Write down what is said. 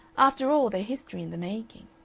after all, they're history in the making.